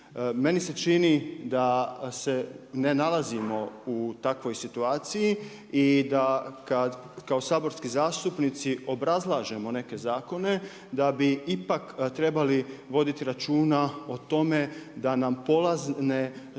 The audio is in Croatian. Meni se čini da se ne nalazimo u takvoj situaciji i da kad kao saborski zastupnici obrazlažemo neke zakone, da bi ipak trebali voditi računa o tome da nam polazne